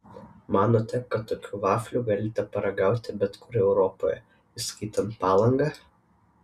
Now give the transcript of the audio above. manote kad tokių vaflių galite paragauti bet kur europoje įskaitant palangą